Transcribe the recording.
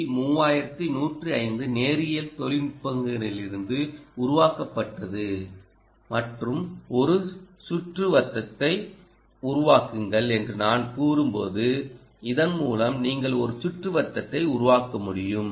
C 3105 நேரியல் தொழில்நுட்பங்களிலிருந்து உருவாக்கப்பட்டது மற்றும் ஒரு சுற்றுவட்டத்தை உருவாக்குங்கள் என்று நான் கூறும்போது இதன் மூலம் நீங்கள் ஒரு சுற்றுவட்டத்தை உருவாக்க முடியும்